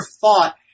thought